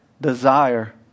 desire